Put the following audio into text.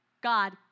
God